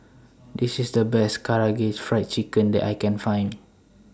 This IS The Best Karaage Fried Chicken that I Can Find